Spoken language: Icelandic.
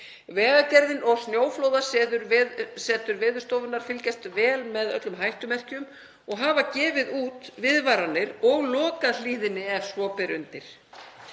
Vegagerðin og Snjóflóðasetur Veðurstofunnar fylgjast vel með öllum hættumerkjum og hafa gefið út viðvaranir og lokað hlíðinni ef svo ber undir.